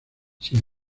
sin